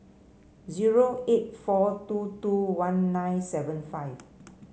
zero eight four two two one nine seven five